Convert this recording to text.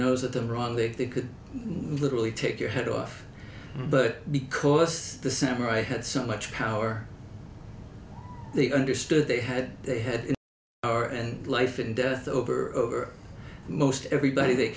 nose at them wrong they could literally take your head off but because the samurai had so much power they understood they had they had and life and death over over most everybody th